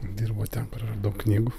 dirbo ten kur yra daug knygų